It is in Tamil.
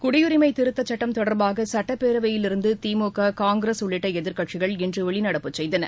குடியுரிமை திருத்தச் சட்டம் தொடர்பாக சட்டப்பேரவையில் இருந்து திமுக காங்கிரஸ் உள்ளிட்ட எதிர்கட்சிகள் இன்று வெளிநடப்பு செய்தன